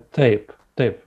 taip taip